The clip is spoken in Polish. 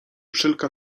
wszelka